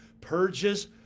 purges